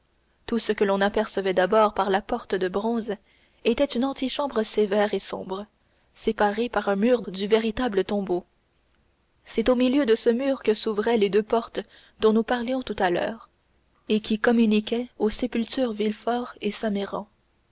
tout ce que l'on apercevait d'abord par la porte de bronze était une antichambre sévère et sombre séparée par un mur du véritable tombeau c'était au milieu de ce mur que s'ouvraient les deux portes dont nous parlions tout à l'heure et qui communiquaient aux sépultures villefort et